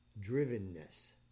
drivenness